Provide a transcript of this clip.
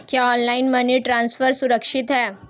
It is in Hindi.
क्या ऑनलाइन मनी ट्रांसफर सुरक्षित है?